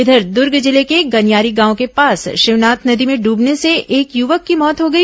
इधर दूर्ग जिले के गनियारी गांव के पास शिवनाथ नदी में डूबने से एक युवक की मौत हो गई